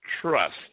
trust